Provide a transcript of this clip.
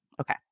Okay